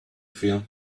feel